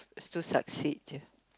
is to succeed je